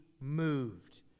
moved